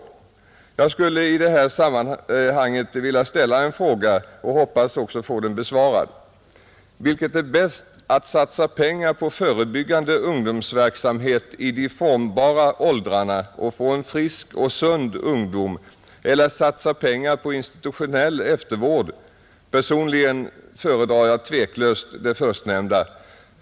Jag skulle i detta sammanhang vilja ställa en fråga, och jag hoppas också få den besvarad, Vilket är bäst — att satsa pengar på förebyggande ungdomsverksamhet i de formbara åldrarna och få en frisk och sund ungdom, eller satsa pengar på institutionell eftervård? Personligen föredrar jag tveklöst det förstnämnda.